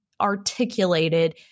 articulated